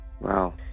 Wow